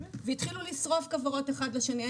אבל התחילו לשרוף כוורות אחד לשני.